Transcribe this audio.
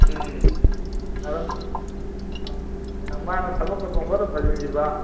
ꯎꯝ ꯑꯗꯨꯝ ꯃꯥꯅ ꯊꯕꯛꯇ ꯄꯪꯐꯗ ꯐꯖꯤꯟꯈꯤꯕ